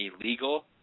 illegal